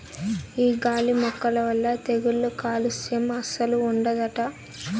ఈ గాలి మొక్కల వల్ల తెగుళ్ళు కాలుస్యం అస్సలు ఉండదట